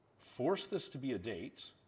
force this to be a date,